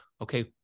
okay